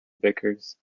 vickers